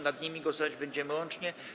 Nad nimi głosować będziemy łącznie.